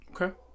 Okay